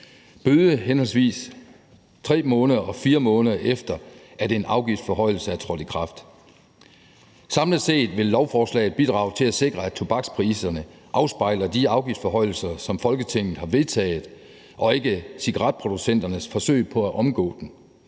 bøde, henholdsvis 3 måneder og 4 måneder efter at en afgiftsforhøjelse er trådt i kraft. Samlet set vil lovforslaget bidrage til at sikre, at tobakspriserne afspejler de afgiftsforhøjelser, som Folketinget har vedtaget, og ikke cigaretproducenternes forsøg på at omgå dem.